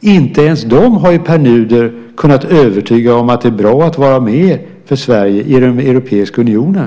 Inte ens dem har ju Pär Nuder kunnat övertyga om att det är bra för Sverige att vara med i den europeiska unionen.